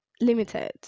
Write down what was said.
limited